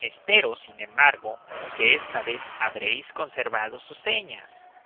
espero sin embargo que esta vez habréis conservado sus señas